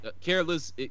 Careless